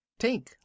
Tink